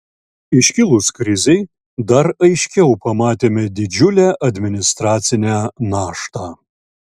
iškilus krizei dar aiškiau pamatėme didžiulę administracinę naštą